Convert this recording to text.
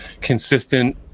consistent